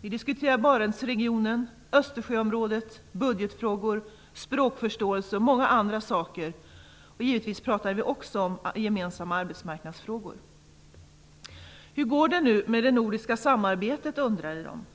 Vi diskuterade Barentsregionen, Östersjöområdet, budgetfrågor, språkförståelse och många andra saker. Givetvis talade vi också om gemensamma arbetsmarknadsfrågor. Hur går det med det nordiska samarbetet? undrade de.